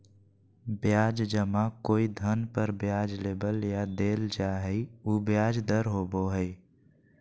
ब्याज जमा कोई धन पर ब्याज लेबल या देल जा हइ उ ब्याज दर होबो हइ